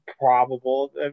probable